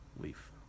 leaf